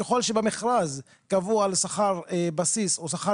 וככל שבמרכז קבוע על שכר בסיסי או שכר